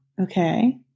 okay